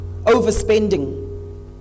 overspending